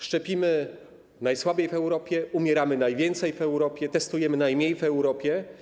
Szczepimy najsłabiej w Europie, umieramy najwięcej w Europie, testujemy najmniej w Europie.